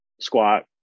squat